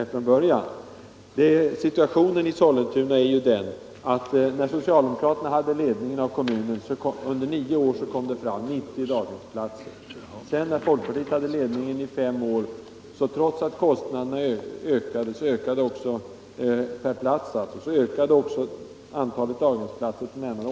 Situationen i Sollentuna är den, att när socialdemokraterna under nio år hade ledningen i kommunen kom det fram 90 daghemsplatser. När folkpartiet sedan hade ledningen i fem år ökade antalet daghemsplatser till nära 800, trots att kostnaderna per plats ökade.